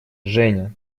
женя